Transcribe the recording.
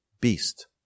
beast